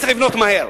צריך לבנות מהר.